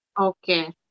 Okay